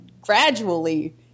gradually